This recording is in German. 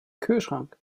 kühlschrank